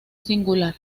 singular